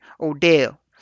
Odell